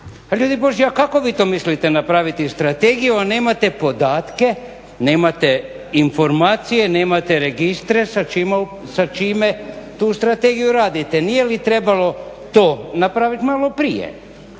ljudi Božji a kako vi to mislite napraviti strategiju a nemate podatke, nemate informacije, nemate registre sa čime tu strategiju radite? Nije li trebalo to napraviti malo prije